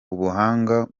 ubuhanga